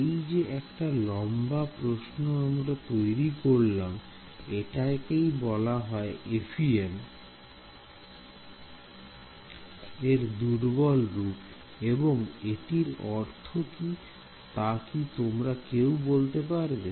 এই যে একটা লম্বা প্রশ্ন আমরা তৈরি করলাম এটাকেই বলা হয় FEM এর দুর্বল রূপ এবং এটির অর্থ কি তা কি তোমরা কেউ বলতে পারবে